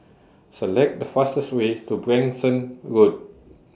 Select The fastest Way to Branksome Road